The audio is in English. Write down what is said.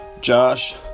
Josh